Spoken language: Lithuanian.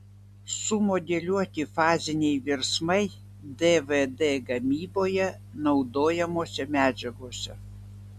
sumodeliuoti faziniai virsmai dvd gamyboje naudojamose medžiagose